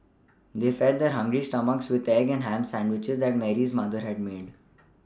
they fed their hungry stomachs with the egg and ham sandwiches that Mary's mother had made